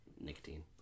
nicotine